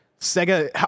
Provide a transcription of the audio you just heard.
sega